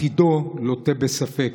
עתידו מוטל בספק.